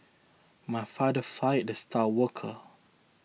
my father fired the star worker